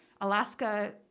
Alaska